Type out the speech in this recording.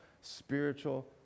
spiritual